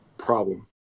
problem